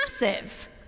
massive